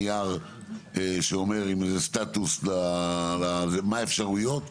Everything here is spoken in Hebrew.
נייר סטטוס שאומר מה האפשרויות שעומדות.